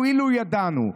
ידענו, אילו ידענו.